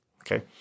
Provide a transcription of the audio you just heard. Okay